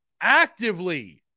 actively